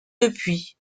depuis